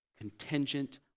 contingent